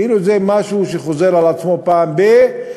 כאילו זה משהו שחוזר על עצמו פעם ב-,